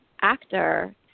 actor